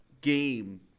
game